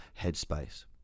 headspace